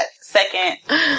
second